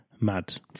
Mad